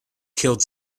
killed